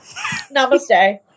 Namaste